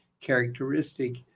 characteristic